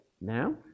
now